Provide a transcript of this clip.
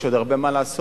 יש עוד הרבה מה לעשות,